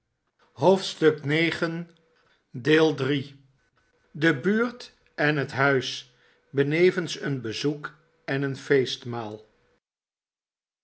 de buurt en net huis benevens een bezoek en een feestmaal